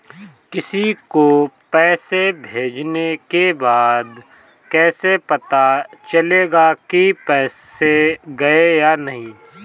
किसी को पैसे भेजने के बाद कैसे पता चलेगा कि पैसे गए या नहीं?